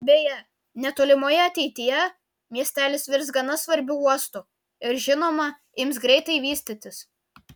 beje netolimoje ateityje miestelis virs gana svarbiu uostu ir žinoma ims greitai vystytis